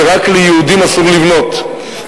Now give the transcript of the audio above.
שרק ליהודים אסור לבנות,